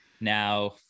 now